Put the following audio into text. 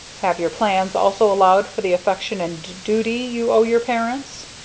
have your plans also allowed for the affection and duty you owe your parents?